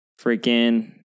freaking